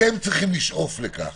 אתם צריכים לשאוף לכך